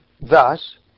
thus